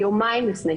יומיים לפני,